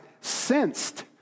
sensed